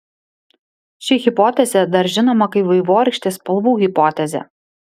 ši hipotezė dar žinoma kaip vaivorykštės spalvų hipotezė